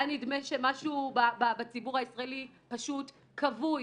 היה נדמה שמשהו בציבור הישראלי פשוט כבוי.